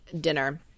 dinner